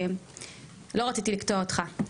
לא רציתי לקטוע אותך.